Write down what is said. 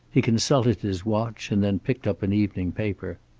he consulted his watch and then picked up an evening paper.